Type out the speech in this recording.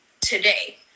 today